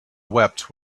wept